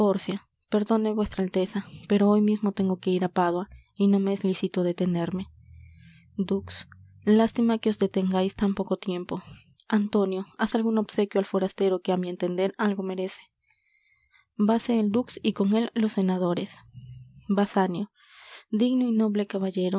perdone v a pero hoy mismo tengo que ir á pádua y no me es lícito detenerme dux lástima que os detengais tan poco tiempo antonio haz algun obsequio al forastero que á mi entender algo merece vase el dux y con él los senadores basanio digno y noble